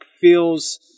feels